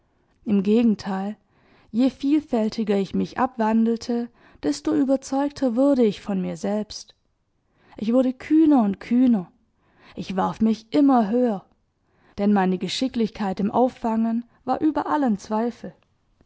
im gegenteil je vielfältiger ich mich abwandelte desto überzeugter wurde ich von mir selbst ich wurde kühner und kühner ich warf mich immer höher denn meine geschicklichkeit im auffangen war über allen zweifel